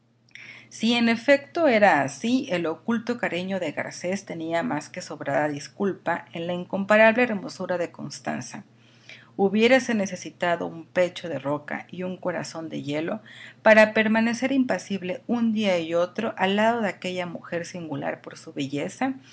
si en efecto era así el oculto cariño de garcés tenía más que sobrada disculpa en la incomparable hermosura de constanza hubiérase necesitado un pecho de roca y un corazón de hielo para permanecer impasible un día y otro al lado de aquella mujer singular por su belleza